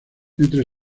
entre